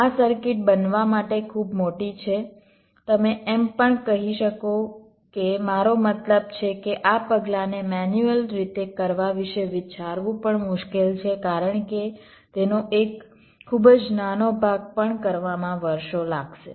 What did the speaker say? આ સર્કિટ બનવા માટે ખૂબ મોટી છે તમે એમ પણ કહી શકો કે મારો મતલબ છે કે આ પગલાંને મેન્યુઅલ રીતે કરવા વિશે વિચારવું પણ મુશ્કેલ છે કારણ કે તેનો એક ખૂબ જ નાનો ભાગ પણ કરવામાં વર્ષો લાગશે